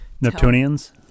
Neptunians